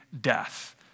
death